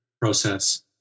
process